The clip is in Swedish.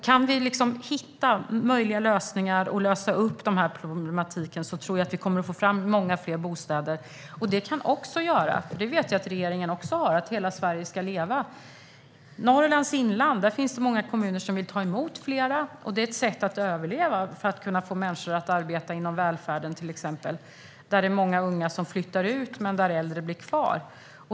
Kan vi hitta möjliga lösningar på denna problematik tror jag att man kan få fram många fler bostäder. Jag vet att också regeringen vill att hela Sverige ska leva. I Norrlands inland finns det många kommuner som vill ta emot flera. Det är ett sätt att överleva att få fler människor att arbeta inom till exempel välfärden. Många unga flyttar därifrån, men de äldre blir kvar.